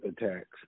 attacks